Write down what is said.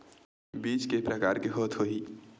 बीज के प्रकार के होत होही?